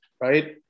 Right